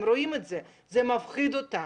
זה מפחיד אותם,